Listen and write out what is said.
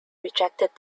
rejected